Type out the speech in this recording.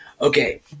Okay